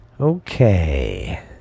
Okay